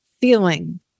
feeling